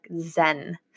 zen